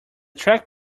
track